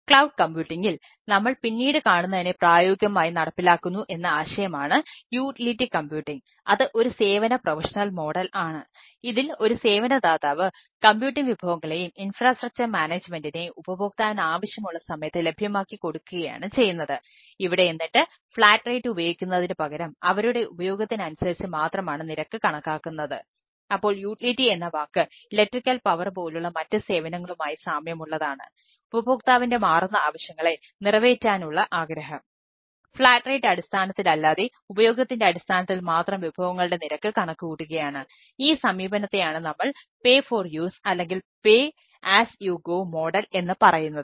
cloud കമ്പ്യൂട്ടിംഗിൽ എന്ന് പറയുന്നത്